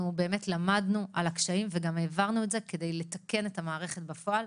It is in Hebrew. למדנו על הקשיים וגם העברנו את זה כדי לתקן את המערכת בפועל.